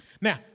Now